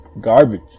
Garbage